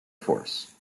force